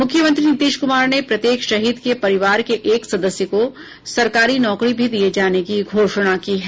मुख्यमंत्री नीतीश कुमार ने प्रत्येक शहीद के परिवार के एक सदस्य को सरकारी नौकरी भी दिये जाने की घोषणा की है